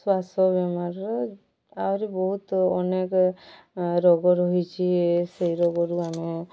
ଶ୍ଵାସ ବେମାର ଆହୁରି ବହୁତ ଅନେକ ରୋଗ ରହିଛି ସେହି ରୋଗରୁ ଆମେ